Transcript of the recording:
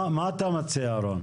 מה אתה מציע רון?